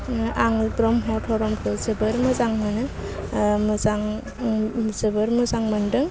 आङो ब्रह्म धर्मखौ जोबोर मोजां मोनो मोजां जोबोर मोजां मोनदों